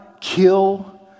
kill